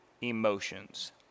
emotions